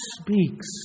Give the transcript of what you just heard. speaks